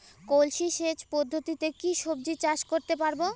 কলসি সেচ পদ্ধতিতে কি সবজি চাষ করতে পারব?